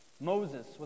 Moses